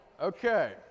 Okay